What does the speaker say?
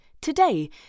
today